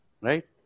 right